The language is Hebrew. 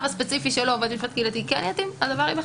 הספציפי שלו בית משפט קהילתי כן יתאים - הדבר ייבחן.